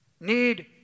need